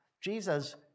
Jesus